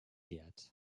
yet